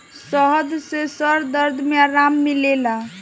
शहद से सर दर्द में आराम मिलेला